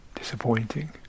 Disappointing